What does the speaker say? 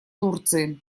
турции